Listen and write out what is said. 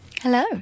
Hello